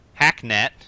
Hacknet